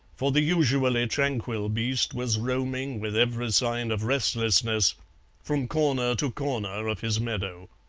for the usually tranquil beast was roaming with every sign of restlessness from corner to corner of his meadow.